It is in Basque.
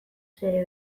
zure